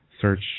Search